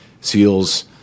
SEALs